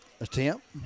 attempt